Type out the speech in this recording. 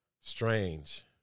strange